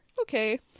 okay